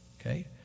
Okay